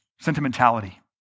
sentimentality